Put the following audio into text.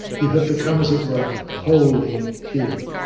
you have become, as it were, wholly human,